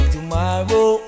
Tomorrow